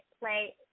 play